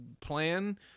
plan